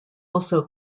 also